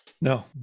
no